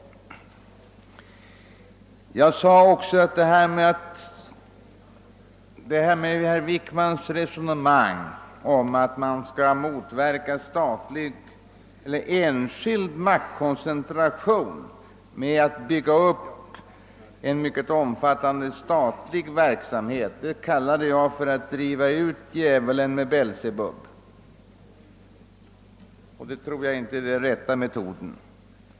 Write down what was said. Jag framhöll tidigare att herr Wickmans resonemang om att man skall motverka enskild maktkoncentration med att bygga upp en mycket omfattande statlig verksamhet var detsamma som att driva ut djävulen med Belsebub. Jag tror inte det är den rätta metoden.